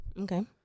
Okay